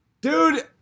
Dude